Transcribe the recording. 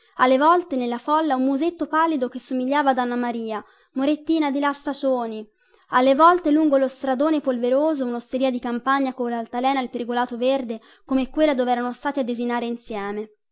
alle volte nella folla un musetto pallido che somigliava ad anna maria morettina di la stacioni alle volte lungo lo stradone polveroso unosteria di campagna collaltalena e il pergolato verde come quella doverano stati a desinare insieme